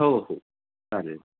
हो हो चालेल